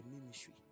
ministry